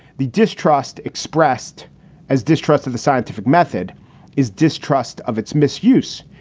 the distrust expressed as distrust of the scientific method is distrust of its misuse.